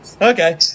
okay